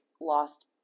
lost